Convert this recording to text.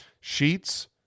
Sheets